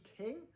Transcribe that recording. king